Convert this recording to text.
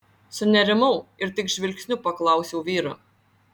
sunerimau ir tik žvilgsniu paklausiau vyrą